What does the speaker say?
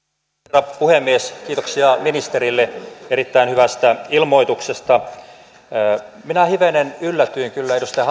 arvoisa herra puhemies kiitoksia ministerille erittäin hyvästä ilmoituksesta minä hivenen yllätyin kyllä edustaja